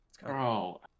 Bro